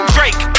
Drake